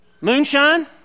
Moonshine